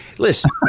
Listen